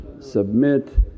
submit